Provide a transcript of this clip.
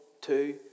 Two